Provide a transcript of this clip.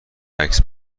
عکس